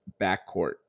backcourt